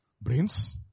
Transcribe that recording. brains